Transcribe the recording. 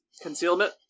Concealment